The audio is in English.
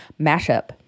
mashup